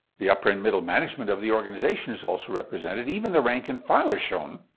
the upper and middle management of the organization is also represented. even the rank and file are shown.